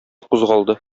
кузгалды